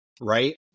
Right